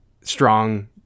strong